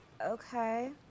Okay